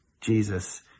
jesus